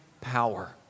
power